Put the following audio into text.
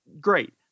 Great